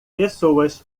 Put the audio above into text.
pessoas